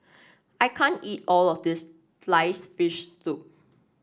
I can't eat all of this sliced fish soup